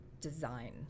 Design